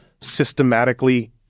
systematically